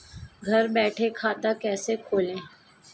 घर बैठे खाता कैसे खोलें?